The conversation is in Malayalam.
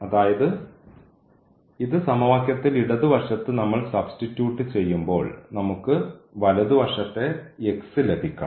അതായത് ഇത് സമവാക്യത്തിൽ ഇടതുവശത്ത് നമ്മൾ സബ്സ്റ്റിറ്റ്യൂട്ട് ചെയ്യുമ്പോൾ നമുക്ക് വലതുവശത്തെ ലഭിക്കണം